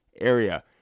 area